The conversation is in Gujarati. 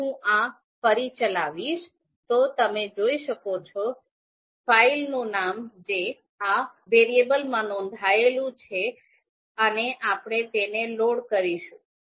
જો હું આ ફરી ચલાવીશ તો તમે જોઈ શકો છો ફાઇલનું નામ જે આ વેરિયેબલમાં નોંધાયેલું છે અને આપણે તેને લોડ કરીશું